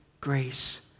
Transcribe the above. grace